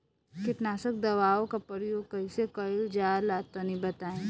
कीटनाशक दवाओं का प्रयोग कईसे कइल जा ला तनि बताई?